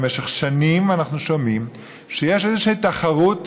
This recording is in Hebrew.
במשך שנים אנחנו שומעים שיש איזושהי תחרות,